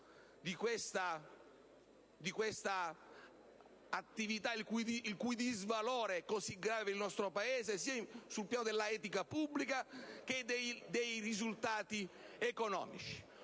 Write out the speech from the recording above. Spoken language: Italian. di questa attività il cui disvalore è così grave nel nostro Paese sia sul piano dell'etica pubblica che dei risultati economici.